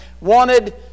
wanted